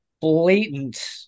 blatant